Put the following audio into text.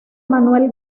manuel